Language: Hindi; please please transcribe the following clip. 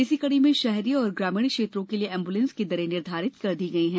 इसी कड़ी में शहरी एवं ग्रामीण क्षेत्रों के लिए एम्बुलेंस की दरें निर्धारित कर दी गई हैं